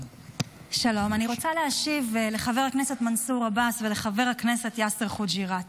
אני רוצה להשיב לחבר הכנסת מנסור עבאס ולחבר הכנסת יאסר חוג'יראת.